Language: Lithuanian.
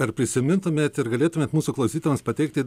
ar prisimintumėt ir galėtumėt mūsų klausytojams pateikti